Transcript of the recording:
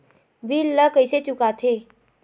bill ला कइसे चुका थे